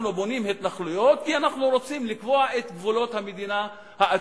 אנחנו בונים התנחלויות כי אנחנו רוצים לקבוע את גבולות המדינה העתידיים,